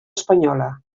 espanyola